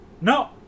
No